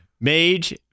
Mage